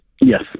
Yes